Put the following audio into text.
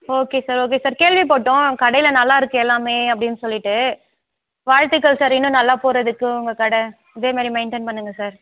okay sir okay sir கேள்விப்பட்டோம் கடையில் நல்லாயிருக்கு எல்லாமே அப்படின்னு சொல்லிவிட்டு வாழ்த்துக்கள் சார் இன்னும் நல்லா போகிறதுக்கு உங்கள் கடை இதே மாரி மெயின்டென் பண்ணுங்கள் சார்